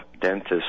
dentist